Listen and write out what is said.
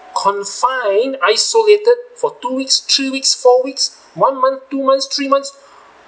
confined isolated for two weeks three weeks four weeks one month two months three months